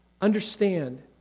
Understand